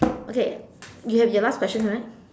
okay you have your last question right